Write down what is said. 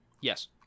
Yes